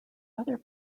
other